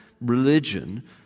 religion